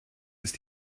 ist